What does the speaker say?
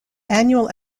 annual